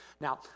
now